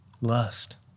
lust